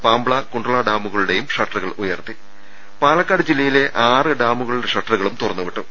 പാംബ്ള കുണ്ട്ള ഡാമുകളുടെയും ഷട്ടറുകൾ ഉയർത്തി പാലക്കാട് ജില്ലയിലെ ആറ് ഡാമുകളുടെ ഷട്ടറുകളും തുറന്നു വിട്ടു